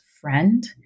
friend